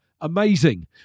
Amazing